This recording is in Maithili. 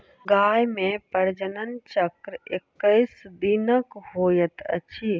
गाय मे प्रजनन चक्र एक्कैस दिनक होइत अछि